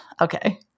okay